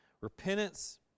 Repentance